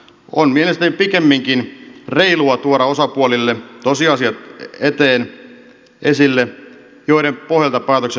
on mielestäni pikemminkin reilua tuoda osapuolille tosiasiat esille joiden pohjalta päätösten tulisi syntyä